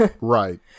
Right